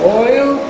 oil